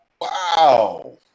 Wow